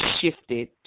shifted